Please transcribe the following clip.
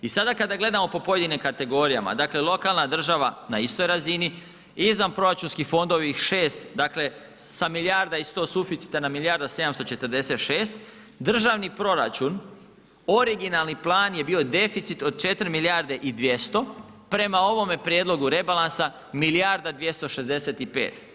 I sada kada gledamo po pojedinim kategorijama, dakle lokalna država na istoj razini, izvanproračunski fondovi 6 dakle sa milijarda i 100 suficita na milijarda 746, državni proračun originalni plan je bio deficit od 4 milijarde i 200, prema ovome prijedlogu rebalansa milijarda 265.